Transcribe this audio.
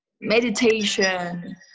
meditation